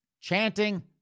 chanting